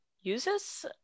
uses